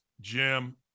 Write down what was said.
Jim